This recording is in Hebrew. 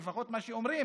לפחות מה שאומרים